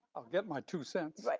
i've get my two cents.